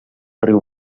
riu